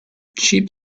cheap